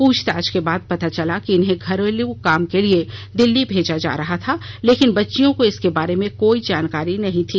पूछताछ के बाद पता चला कि इन्हें घरेलू काम लिए दिल्ली भेजा जा रहा था लेकिन बच्चियों को इसके बारे में कोई जानकारी नहीं थी